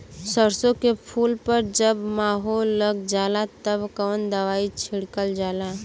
सरसो के फूल पर जब माहो लग जाला तब कवन दवाई छिड़कल जाला?